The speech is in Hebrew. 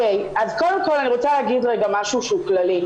קודם כל אני רוצה להגיד משהו כללי.